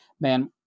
man